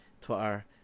twitter